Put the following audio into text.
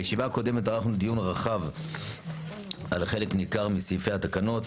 בישיבה הקודמת ערכנו דיון רחב על חלק ניכר מסעיפי התקנות,